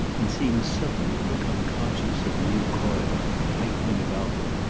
and seemed suddenly to become conscious of a new coil, tightening about her,